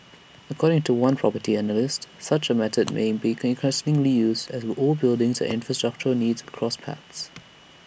according to one property analyst such A method may become increasingly used as old buildings and infrastructural needs cross paths